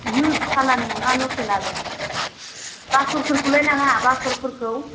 ओहो सालान नङा लकेल आलु बासरफोरखौलाय लाङा बासरफोरखौ